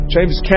James